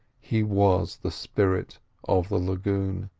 he was the spirit of the lagoon.